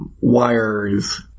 wires